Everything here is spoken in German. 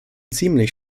ziemlich